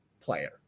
player